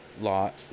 lot